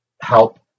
help